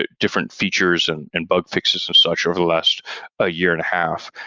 ah different features and and bug fixes and such over the last ah year and a half.